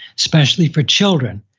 especially for children.